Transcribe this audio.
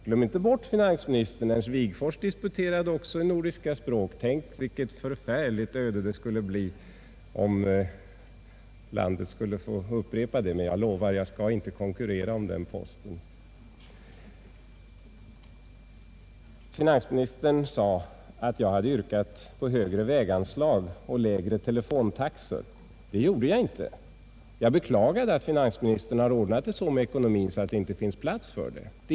Glöm inte, herr finansminister, att även herr Wigforss disputerade i nordiska språk. Tänk vilket förfärligt öde om landet skulle få uppleva samma sak igen. Men jag lovar, jag skall inte konkurrera om den posten. Finansministern sade att jag hade yrkat på högre väganslag och lägre telefontaxor. Det gjorde jag inte. Jag beklagade att herr Sträng har ordnat ekonomin så att det inte finns plats för sådana förbättringar.